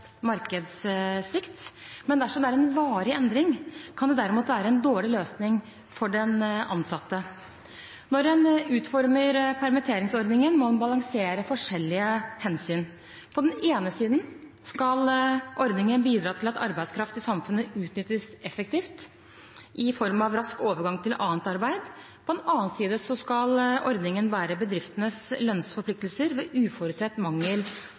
Dersom det er en varig endring, kan det derimot være en dårlig løsning for den ansatte. Når en utformer permitteringsordningen, må en balansere forskjellige hensyn: På den ene side skal ordningen bidra til at arbeidskraften i samfunnet utnyttes effektivt i form av rask overgang til annet arbeid. På den annen side skal ordningen bære bedriftenes lønnsforpliktelser ved uforutsett mangel